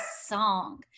song